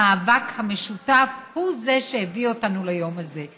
המאבק המשותף הוא זה שהביא אותנו ליום הזה.